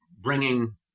bringing